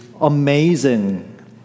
amazing